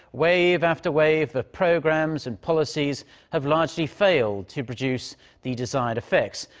wave after wave of programs and policies have largely failed to produce the desired effects.